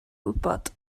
wybod